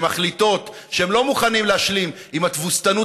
שמחליטות שהן לא מוכנות להשלים עם התבוסתנות